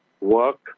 work